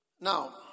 Now